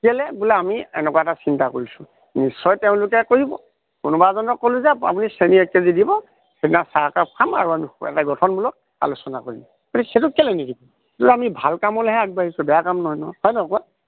কেলে বোলে আমি এনেকুৱা এটা চিন্তা কৰিছোঁ নিশ্চয় তেওঁলোকে কৰিব কোনোবা এজনক ক'লোঁ যে আপুনি চেনী একেজি দিব সেইদিনা চাহ একাপ খাম আৰু আমি এটা গঠনমূলক আলোচনা কৰিম সেইটো কেলে নিদিব কিন্তু আমি ভাল কামলেহে আগবাঢ়িছোঁ বেয়া কাম নহয় ন হয় নহয় কোৱা